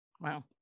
Wow